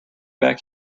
back